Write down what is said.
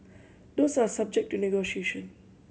those are subject to negotiation